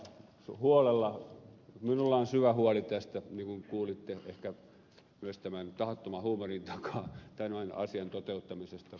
minulla on syvä huoli tästä niin kuin kuulitte ehkä myös tämän tahattoman huumorin takaa tämän asian toteuttamisesta